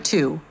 Two